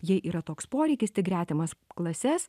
jei yra toks poreikis tik gretimas klases